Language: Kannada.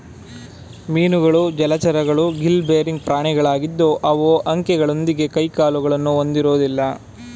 ಮೀನುಗಳು ಜಲಚರಗಳು ಗಿಲ್ ಬೇರಿಂಗ್ ಪ್ರಾಣಿಗಳಾಗಿದ್ದು ಅವು ಅಂಕೆಗಳೊಂದಿಗೆ ಕೈಕಾಲುಗಳನ್ನು ಹೊಂದಿರೋದಿಲ್ಲ